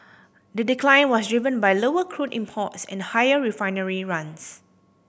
the decline was driven by lower crude imports and higher refinery runs